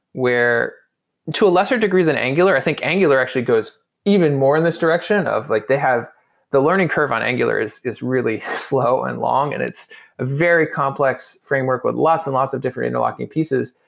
where to a lesser degree than angular, i think angular actually goes even more in this direction of like they have the learning curve on angular is is really slow and long and it's a very complex framework with lots and lots of different interlocking pieces,